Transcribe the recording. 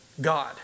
God